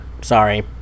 sorry